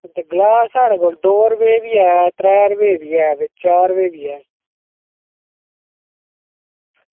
गलास साढ़े कोल दौ रपेऽ बी ऐ त्रैऽ रपेऽ बी ऐ ते चार रपेऽ बी ऐ